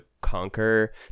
conquer